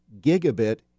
gigabit